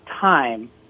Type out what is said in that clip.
time